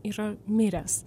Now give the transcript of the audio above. yra miręs